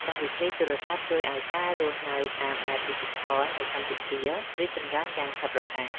កម្មវិធីទូរសព្ទជួយឱ្យការរស់នៅតាមបែបឌីជីថលនៅកម្ពុជា រីកចម្រើនយ៉ាងឆាប់រហ័ស។